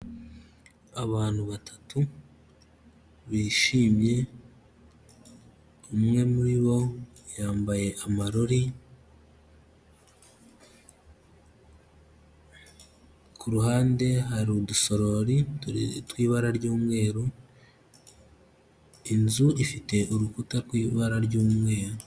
Abantu batatu bishimye, umwe muri bo yambaye amarori, kuhande hari udusorori tw'ibara ry'umweru, inzu ifite uruta rw'ibara ry'umweru.